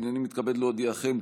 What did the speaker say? הינני מתכבד להודיעכם,